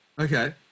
Okay